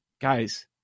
Guys